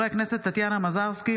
הכנסת טטיאנה מזרסקי,